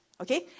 okay